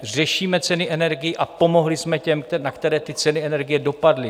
Řešíme ceny energií a pomohli jsme těm, na které ty ceny energií dopadly.